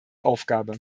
aufgabe